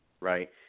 right